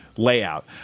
layout